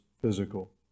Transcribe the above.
physical